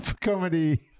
comedy